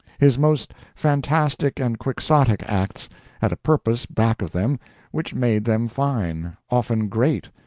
his most fantastic and quixotic acts had a purpose back of them which made them fine, often great,